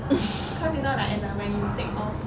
cause you know like at the when you take off